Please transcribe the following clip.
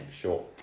sure